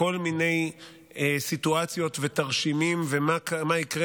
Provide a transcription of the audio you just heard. בכל מיני סיטואציות ותרשימים ומה יקרה